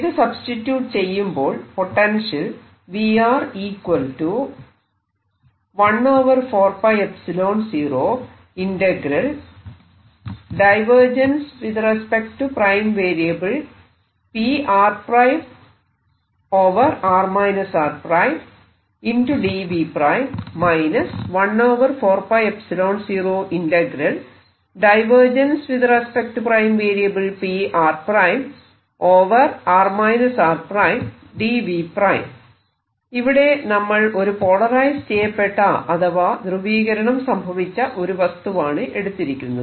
ഇത് സബ്സ്റ്റിട്യൂട് ചെയ്യുമ്പോൾ പൊട്ടൻഷ്യൽ ഇവിടെ നമ്മൾ ഒരു പോളറൈസ് ചെയ്യപ്പെട്ട അഥവാ ധ്രുവീകരണം സംഭവിച്ച ഒരു വസ്തുവാണ് എടുത്തിരിക്കുന്നത്